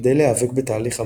כדי להיאבק בתהליך המאני,